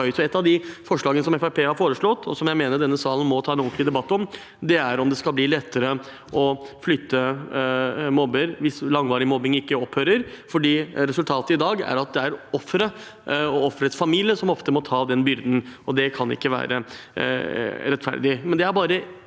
Et av de forslagene som Fremskrittspartiet har fremmet, og som jeg mener denne salen må ta en ordentlig debatt om, er om det skal bli lettere å flytte mobber hvis langvarig mobbing ikke opphører. Resultatet i dag er at det ofte er offeret og offerets familie som ofte må ta den byrden, og det kan ikke være rettferdig.